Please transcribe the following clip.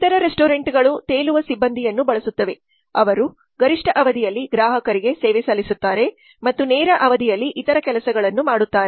ಇತರ ರೆಸ್ಟೋರೆಂಟ್ಗಳು ತೇಲುವ ಸಿಬ್ಬಂದಿಯನ್ನು ಬಳಸುತ್ತವೆ ಅವರು ಗರಿಷ್ಠ ಅವಧಿಯಲ್ಲಿ ಗ್ರಾಹಕರಿಗೆ ಸೇವೆ ಸಲ್ಲಿಸುತ್ತಾರೆ ಮತ್ತು ನೇರ ಅವಧಿಯಲ್ಲಿ ಇತರ ಕೆಲಸಗಳನ್ನು ಮಾಡುತ್ತಾರೆ